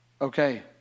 okay